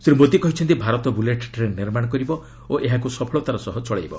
ଶ୍ରୀ ମୋଦି କହିଛନ୍ତି Bharat bullet train ନିର୍ମାଣ କରିବ ଓ ଏହାକୁ ସଫଳତାର ସହ ଚଳାଇବ